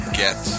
get